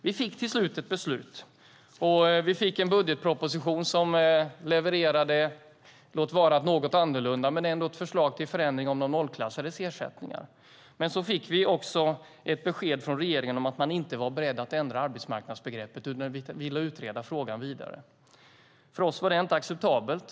Vi fick till slut ett beslut och vi fick en budgetproposition som levererade, låt vara ett något annorlunda men ändå ett förslag till förändring av de nollklassades ersättningar. Men så fick vi också ett besked från regeringen om att man inte var beredd att ändra arbetsmarknadsbegreppet utan ville utreda frågan vidare. För oss var det inte acceptabelt.